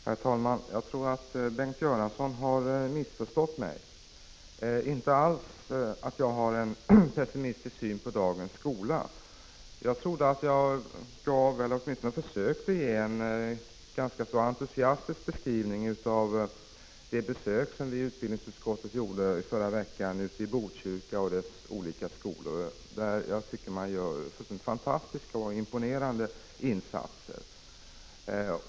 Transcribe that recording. Herr talman! Jag tror att Bengt Göransson har missförstått mig. Jag har inte alls någon pessimistisk syn på dagens skola. Jag försökte ge en ganska entusiastisk beskrivning av det besök som vi i utbildningsutskottet gjorde förra veckan i Botkyrka och dess olika skolor, där jag tycker att man gjort fantastiska och imponerande insatser.